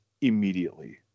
immediately